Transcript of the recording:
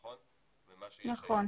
נכון.